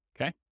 okay